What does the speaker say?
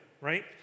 right